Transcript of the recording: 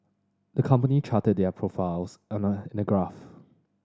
the company charted their profiles in a graph